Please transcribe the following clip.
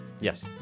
Yes